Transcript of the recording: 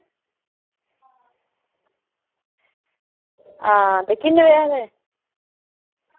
आं ते किन्ने बजे हारे